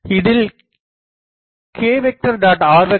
இதில் k